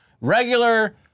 regular